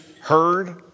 heard